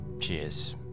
Cheers